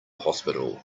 hospital